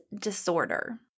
Disorder